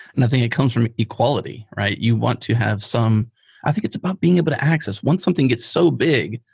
and i think it comes from equality, right? you want to have some i think it's about being able to access. one something gets so big,